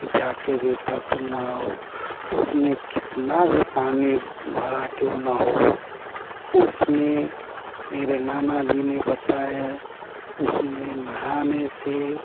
कि जा कर बेटा तुम नहाओ उसमें कितना भी पानी भरा क्यों न हो उसमे मेरे नानाजी ने बताया उसमें नहाने से